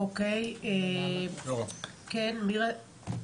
אוקי, כן, מי רצה?